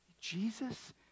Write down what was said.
Jesus